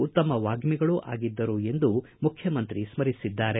ಉತ್ತಮ ವಾಗ್ದಿಗಳೂ ಆಗಿದ್ದರು ಎಂದು ಮುಖ್ಯಮಂತ್ರಿ ಸ್ಕರಿಸಿದ್ದಾರೆ